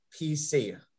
PC